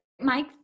Mike